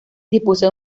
dispuso